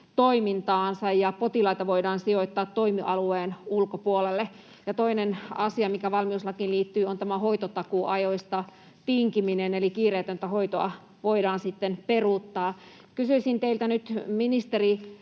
toimintaansa, ja potilaita voidaan sijoittaa toimialueen ulkopuolelle. Ja toinen asia, mikä valmiuslakiin liittyy, on tämä hoitotakuuajoista tinkiminen, eli kiireetöntä hoitoa voidaan sitten peruuttaa. Kysyisin nyt teiltä, ministeri: